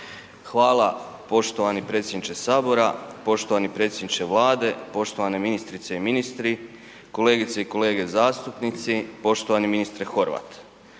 Hvala poštovani predsjedniče Sabora, poštovani predsjedniče Vlade. Poštovane ministrice i ministri. Kolegice i kolege zastupnici, poštovani ministre Horvat.